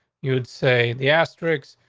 you would say the asterix.